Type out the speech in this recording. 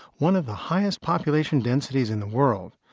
one of the highest population densities in the world.